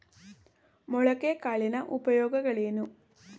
ಮೊಳಕೆ ಕಾಳಿನ ಉಪಯೋಗಗಳೇನು?